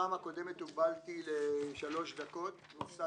הקודמת הוגבלתי לשלוש דקות.